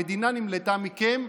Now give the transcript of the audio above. המדינה נמלטה מכם,